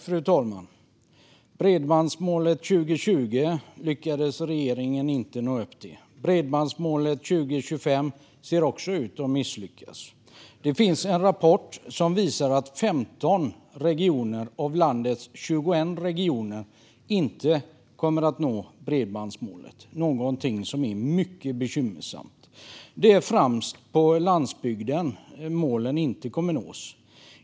Fru talman! Bredbandsmålet för 2020 lyckades regeringen inte nå upp till. Bredbandsmålet för 2025 ser också ut att misslyckas. Det finns en rapport som visar att 15 av landets 21 regioner inte kommer att nå bredbandsmålet, någonting som är mycket bekymmersamt. Det är främst på landsbygden som målen inte kommer att nås.